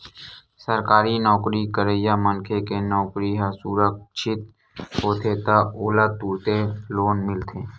सरकारी नउकरी करइया मनखे के नउकरी ह सुरक्छित होथे त ओला तुरते लोन मिलथे